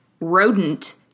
rodent